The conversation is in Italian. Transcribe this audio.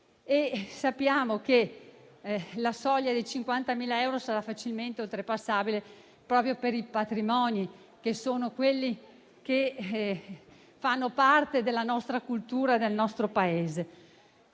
Sappiamo che la soglia dei 50.000 euro sarà facilmente oltrepassabile proprio per i patrimoni, che fanno parte della cultura del nostro Paese.